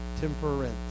Temperance